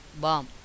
bomb